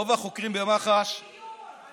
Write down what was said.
רוב החוקרים במח"ש, מה עם גיור?